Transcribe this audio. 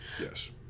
Yes